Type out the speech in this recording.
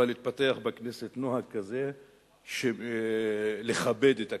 אבל התפתח בכנסת נוהג כזה לכבד את הכנסת.